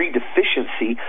deficiency